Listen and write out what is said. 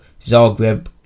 Zagreb